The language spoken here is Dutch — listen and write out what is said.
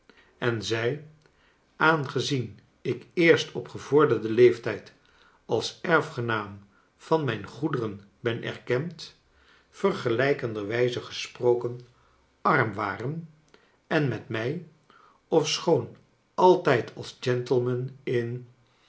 en zij aangezien ik eerst op gevorderden leeftijd als erfgenaam van mijn goederen ben erkend vergelijkenderwijze gesproken arm waren en met mij ofschoon altijd als gentlemen in